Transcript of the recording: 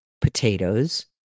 Potatoes